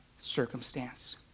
circumstance